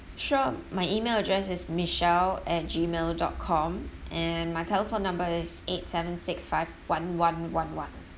sure my email address is michelle at gmail dot com and my telephone number is eight seven six five one one one one